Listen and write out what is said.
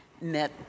met